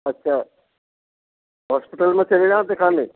अच्छा हॉस्पिटल में चले जाऊँ दिखाने